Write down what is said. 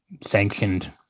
sanctioned